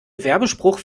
werbespruch